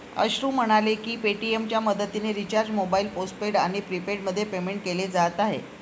अश्रू म्हणाले की पेटीएमच्या मदतीने रिचार्ज मोबाईल पोस्टपेड आणि प्रीपेडमध्ये पेमेंट केले जात आहे